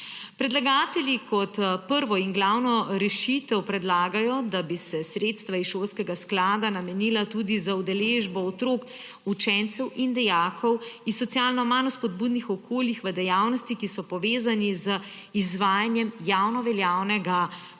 Predlagatelji kot prvo in glavno rešitev predlagajo, da bi se sredstva iz šolskega sklada namenila tudi za udeležbo otrok, učencev in dijakov iz socialno manj spodbudnih okolij v dejavnostih, ki so povezane z izvajanjem javno veljavnega programa,